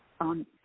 on